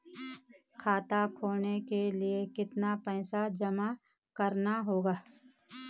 खाता खोलने के लिये कितना पैसा जमा करना होगा?